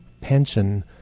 pension